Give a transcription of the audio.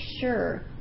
sure